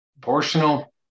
proportional